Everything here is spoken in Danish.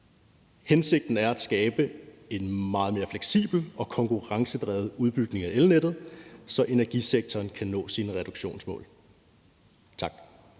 Hensigten er at skabe en meget mere fleksibel og konkurrencedrevet udbygning af elnettet, så energisektoren kan nå sine reduktionsmål. Tak.